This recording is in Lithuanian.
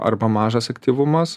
arba mažas aktyvumas